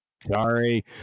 Sorry